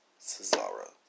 Cesaro